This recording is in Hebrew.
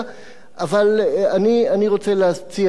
אבל אני רוצה להציע הסבר אחר.